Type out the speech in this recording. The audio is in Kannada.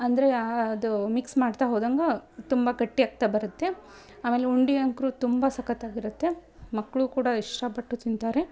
ಅಂದರೇ ಆದು ಮಿಕ್ಸ್ ಮಾಡ್ತಾ ಹೋದಂಗೆ ತುಂಬ ಗಟ್ಟಿ ಆಗ್ತಾ ಬರುತ್ತೆ ಆಮೇಲೆ ಉಂಡೆ ಅಂತೂ ತುಂಬ ಸಕ್ಕತಾಗಿರುತ್ತೆ ಮಕ್ಕಳು ಕೂಡ ಇಷ್ಷಪಟ್ಟು ತಿಂತಾರೆ